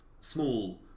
small